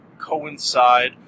coincide